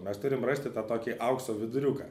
mes turim rasti tą tokį aukso viduriuką